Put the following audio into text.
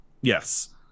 Yes